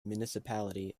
municipality